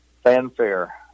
fanfare